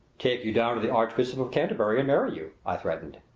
take you down to the archbishop of canterbury and marry you! i threatened.